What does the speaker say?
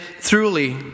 truly